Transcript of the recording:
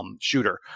shooter